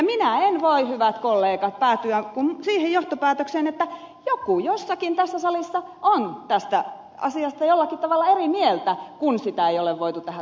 minä en voi hyvät kollegat päätyä kuin siihen johtopäätökseen että joku jossakin tässä salissa on tästä asiasta jollakin tavalla eri mieltä kun sitä ei ole voitu tähän tiedonantoon kirjata